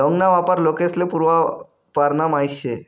लौंग ना वापर लोकेस्ले पूर्वापारना माहित शे